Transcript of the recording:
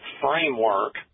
framework